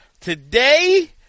Today